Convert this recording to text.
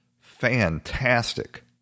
fantastic